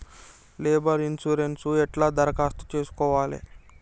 Labour insurance ఎట్ల దరఖాస్తు చేసుకోవాలే?